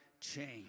change